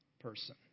person